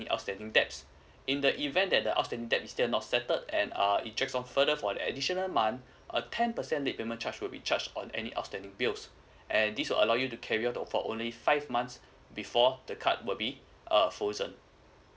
outstanding debts in the event that the outstanding debt is still not settled and uh it drags on further for the additional month a ten percent late payment charge will be charged on any outstanding bills and this will allow you to carry forward for only five months before the card will be err frozen